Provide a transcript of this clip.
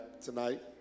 tonight